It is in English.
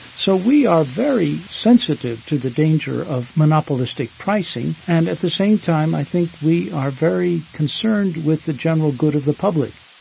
so we are very sensitive to the danger of monopolistic pricing and at the same time i think we are very concerned with the general good of the public.